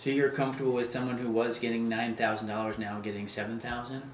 so you're comfortable with someone who was getting one thousand dollars now getting seven thousand